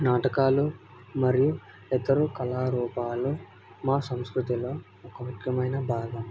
నాటకాలు మరియు ఇతరు కళారూపాలు మా సంస్కృతిలో ఒక ముఖ్యమైన భాగం